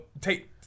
take